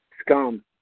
scum